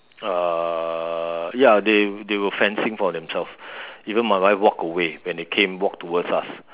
uh ya they they were fencing for themselves even my wife walk away when they came walk towards us